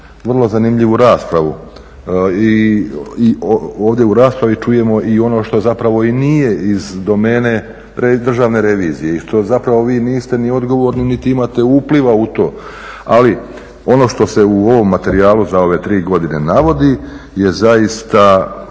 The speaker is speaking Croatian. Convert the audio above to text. vrlo zanimljivu raspravu. I ovdje u raspravi čujemo ono što nije iz domene Državne revizije i što zapravo vi niste ni odgovorni niti imate upliva u to. Ali ono što se ono u ovom materijalu za ove tri godine navodi je zaista